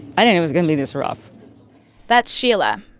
but and it was going to be this rough that's sheila.